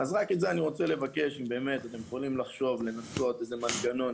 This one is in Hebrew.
אם אתם יכולים לחשוב ולנסות איזה מנגנון,